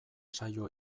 saio